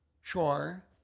Sure